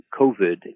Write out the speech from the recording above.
COVID